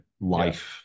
life